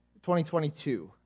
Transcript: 2022